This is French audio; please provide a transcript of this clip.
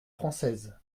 française